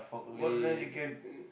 what then you can